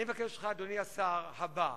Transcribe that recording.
אני מבקש ממך, אדוני השר הבא,